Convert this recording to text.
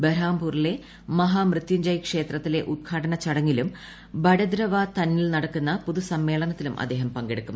ബർഹാംപൂറിലെ മഹാ മൃത്യുഞ്ജയ് ക്ഷേത്രത്തിലെ ഉദ്ഘാടന ചടങ്ങിലും ബടദ്രവ തനിൽ നടക്കുന്ന പൊതുസമ്മേളനത്തിലും അദ്ദേഹം പങ്കെടുക്കും